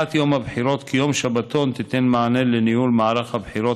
קביעת יום הבחירות כיום שבתון תיתן מענה לניהול מערך הבחירות,